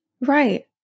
Right